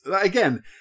again